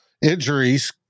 injuries